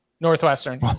Northwestern